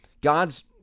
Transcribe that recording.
God's